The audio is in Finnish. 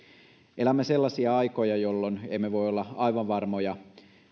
elämme sellaisia aikoja jolloin emme voi olla aivan varmoja